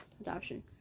adoption